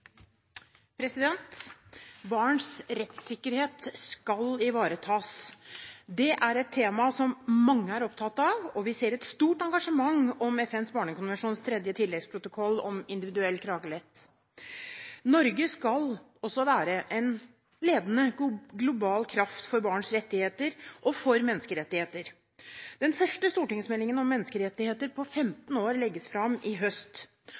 et tema som mange er opptatt av, og vi ser et stort engasjement om FNs barnekonvensjons tredje tilleggsprotokoll om individuell klagerett. Norge skal være en ledende global kraft for barns rettigheter og for menneskerettigheter. Den første stortingsmeldingen om menneskerettigheter på 15 år legges fram i høst,